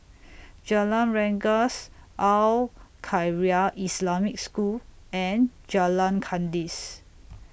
Jalan Rengas Al Khairiah Islamic School and Jalan Kandis